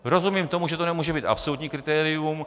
Rozumím tomu, že to nemůže být absolutní kritérium.